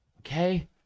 okay